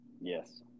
Yes